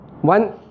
One